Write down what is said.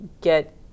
get